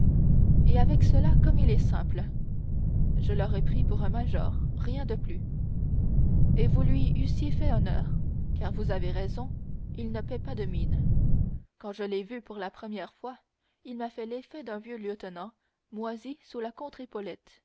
et avec cela comme il est simple je l'aurais pris pour un major rien de plus et vous lui eussiez fait honneur car vous avez raison il ne paie pas de mine quand je l'ai vu pour la première fois il m'a fait l'effet d'un vieux lieutenant moisi sous la